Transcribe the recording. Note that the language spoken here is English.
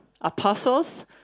apostles